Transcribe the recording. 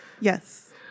Yes